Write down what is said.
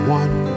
one